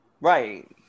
right